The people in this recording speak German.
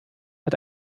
hat